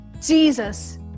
Jesus